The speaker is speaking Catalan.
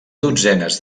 dotzenes